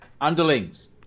Underlings